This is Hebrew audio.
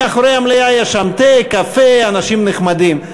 ינאם, מאחורי המליאה יש תה, קפה, אנשים נחמדים.